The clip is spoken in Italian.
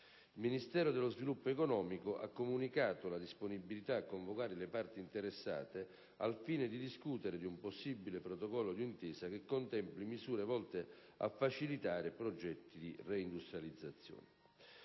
Il Ministero dello sviluppo economico ha comunicato la disponibilità a convocare le parti interessate, al fine di discutere di un possibile protocollo di intesa che contempli misure volte a facilitare progetti di reindustrializzazione.